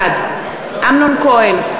בעד אמנון כהן,